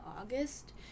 August